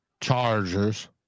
Chargers